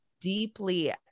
deeply